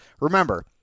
remember